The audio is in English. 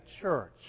church